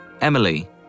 Emily